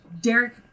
Derek